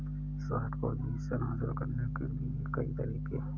short position हासिल करने के कई तरीके हैं